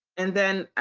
and then